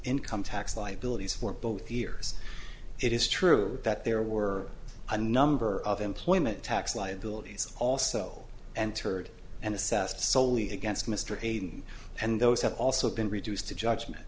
income tax liabilities for both years it is true that there were a number of employment tax liabilities also entered and assessed solely against mr hayden and those have also been reduced to judgment